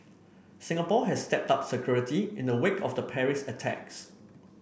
Singapore has stepped up security in the wake of the Paris attacks